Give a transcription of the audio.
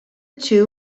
two